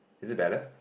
is it better